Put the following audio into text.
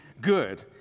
good